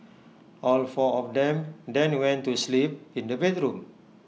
all four of them then went to sleep in the bedroom